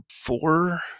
four